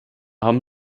haben